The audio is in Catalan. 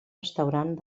restaurant